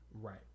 Right